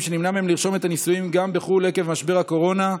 שנמנע מהם לרשום את הנישואים גם בחו"ל עקב משבר הקורונה,